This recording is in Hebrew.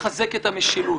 לחזק את המשילות.